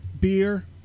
beer